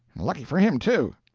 and lucky for him, too.